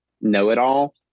know-it-all